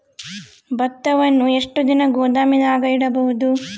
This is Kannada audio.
ಭತ್ತವನ್ನು ಎಷ್ಟು ದಿನ ಗೋದಾಮಿನಾಗ ಇಡಬಹುದು?